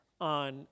on